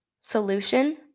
solution